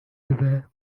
river